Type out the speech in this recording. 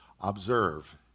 Observe